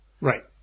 right